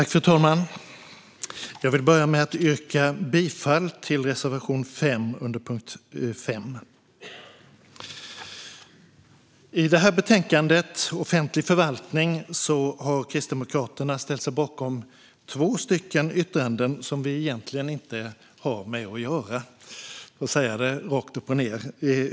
Fru talman! Jag vill börja med att yrka bifall till reservation 5 under punkt 5. I detta betänkande, Offentlig förvaltning , har Kristdemokraterna ställt sig bakom två yttranden som vi egentligen inte har med att göra, för att säga det rakt upp och ned.